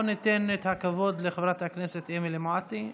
בואו ניתן את הכבוד לחברת הכנסת אמילי מואטי,